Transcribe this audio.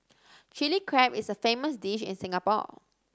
Chilli Crab is a famous dish in Singapore